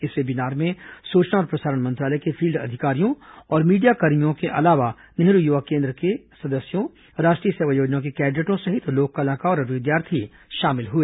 इस वेबिनार में सूचना और प्रसारण मंत्रालय के फील्ड अधिकारियों और मीडियाकर्मियों के अलावा नेहरू युवा केन्द्र के अलावा राष्ट्रीय सेवा योजना के कैडेटों सहित लोक कलाकार और विद्यार्थी भी शामिल हुए